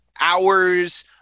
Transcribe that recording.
hours